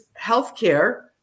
healthcare